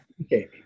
okay